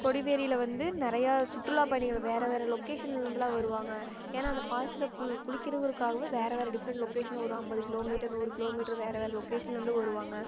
கொடிவேரியில் வந்து நிறையா சுற்றுலா பயணிகள் வேறு வேறு லொக்கேஷன்லேருந்தெலாம் வருவாங்க ஏன்னால் அந்த ஃபால்ஸில் கு குளிக்கணுங்கிறக்காகவும் வேறு வேறு டிஃபரென்ட் லொக்கேஷன் ஒரு ஐம்பது கிலோமீட்டர் நூறு கிலோமீட்டர் வேறு வேறு லொக்கேஷன்லேருந்து வருவாங்க